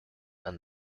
and